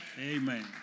Amen